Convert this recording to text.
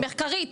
מחקרית.